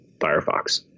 Firefox